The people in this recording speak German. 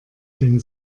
den